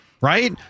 right